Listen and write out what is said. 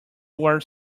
were